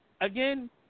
again